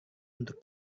untuk